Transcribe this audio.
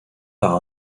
par